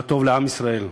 מה טוב לעם ישראל,